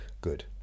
good